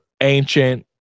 ancient